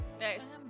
Nice